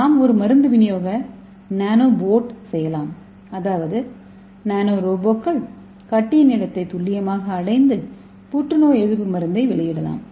நாம் ஒரு மருந்து விநியோக நானோ போட் செய்யலாம் அதாவது நானோ ரோபோக்கள் கட்டியின் இடத்தை துல்லியமாக அடைந்து புற்றுநோய் எதிர்ப்பு மருந்தை வெளியிடலாம்